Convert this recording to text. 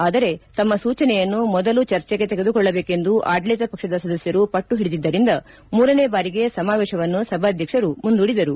ಆದರೆ ತಮ್ಮ ಸೂಚನೆಯನ್ನು ಮೊದಲು ಚರ್ಚೆಗೆ ತೆಗೆದುಕೊಳ್ಳದೇಕೆಂದು ಆಡಳಿತ ಪಕ್ಷದ ಸದಸ್ಯರು ಪಟ್ಟು ಹಿಡಿದಿದ್ದರಿಂದ ಮೂರನೇ ಬಾರಿಗೆ ಸಮಾವೇಶವನ್ನು ಸಭಾಧ್ಯಕ್ಷರು ಮುಂದೂಡಿದರು